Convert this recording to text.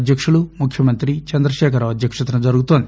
అధ్యకులు ముఖ్యమంత్రి చంద్రశేఖరరావు అధ్యక్షతన జరుగుతోంది